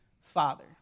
father